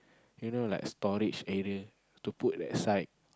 you know like storage area to put that side